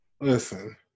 listen